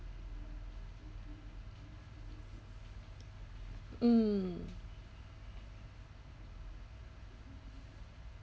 mm